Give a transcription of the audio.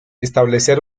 establecer